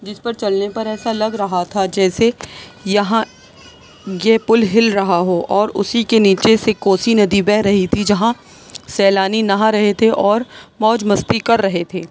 جس پر چلنے پر ایسا لگ رہا تھا جیسے یہاں یہ پُل ہل رہا ہو اور اُسی کے نیچے سے کوسی ندی بیہ رہی تھی جہاں سیلانی نہا رہے تھے اور موج مستی کر رہے تھے